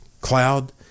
cloud